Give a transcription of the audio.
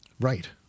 Right